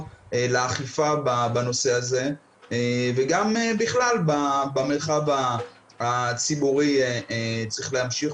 לאכיפה בנושא הזה וגם בכלל במרחב הציבורי צריך להמשיך